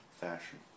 fashion